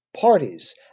parties